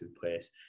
place